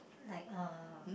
like um